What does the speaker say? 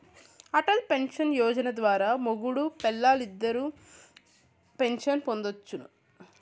Atal pension Yojana ద్వారా మొగుడూ పెల్లాలిద్దరూ పెన్సన్ పొందొచ్చును